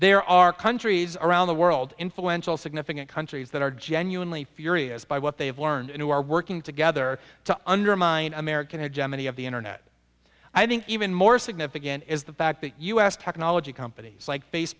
there are countries around the world influential significant countries that are genuinely furious by what they have learned and who are working together to undermine american hegemony of the internet i think even more significant is the fact that u s technology companies like face